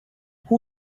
who